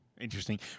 interesting